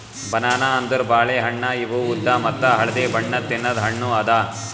banana ಅಂದುರ್ ಬಾಳೆ ಹಣ್ಣ ಇವು ಉದ್ದ ಮತ್ತ ಹಳದಿ ಬಣ್ಣದ್ ತಿನ್ನದು ಹಣ್ಣು ಅದಾ